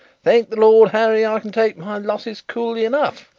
thank the lord harry, i can take my losses coolly enough,